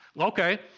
Okay